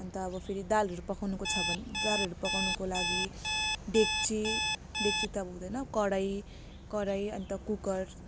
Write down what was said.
अनि त अब फेरि दालहरू पकाउनुको छ भने दालहरू पकाउनुको लागि डेक्ची डेक्ची त अब हुँदैन कराई कराई अनि त कुकर